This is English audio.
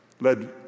led